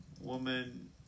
woman